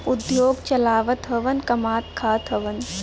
उद्योग चलावत हउवन कमात खात हउवन